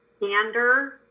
Gander